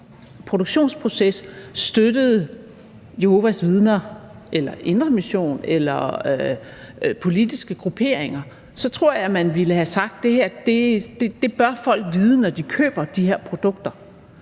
deres produktionsproces støttede Jehovas Vidner eller Indre Mission eller politiske grupperinger. Så tror jeg, at man ville have sagt, at det bør folk vide, når de køber de her produkter.